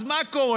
אז מה קורה?